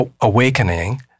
awakening